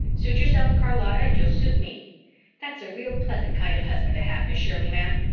suit yourself, charlotta, and you'll suit me that's a real pleasant kind of husband to have, miss shirley, ma'am.